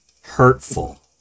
hurtful